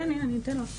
כן הנה אני אתן לך.